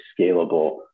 scalable